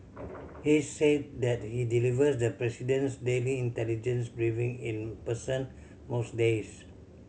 he's said that he delivers the president's daily intelligence briefing in person most days